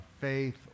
faith